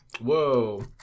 Whoa